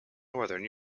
northern